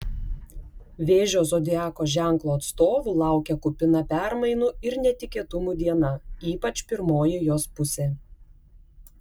vėžio zodiako ženklo atstovų laukia kupina permainų ir netikėtumų diena ypač pirmoji jos pusė